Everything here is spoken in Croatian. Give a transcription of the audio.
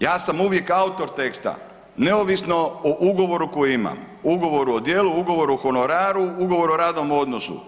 Ja sam uvijek autor teksta neovisno o ugovoru koji imam, ugovor o djelu, ugovor o honoraru, ugovor o radnom odnosu.